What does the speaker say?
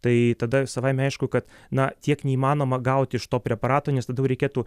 tai tada savaime aišku kad na tiek neįmanoma gauti iš to preparato nes tada jau reikėtų